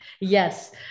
Yes